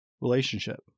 relationship